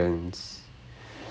mm mm